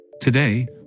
Today